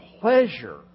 pleasure